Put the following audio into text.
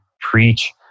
preach